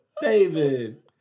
David